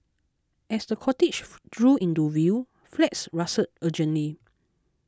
as the cortege drew into view flags rustled urgently